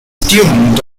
tunes